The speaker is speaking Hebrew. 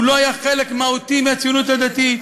הוא לא היה חלק מהותי מהציונות הדתית.